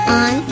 on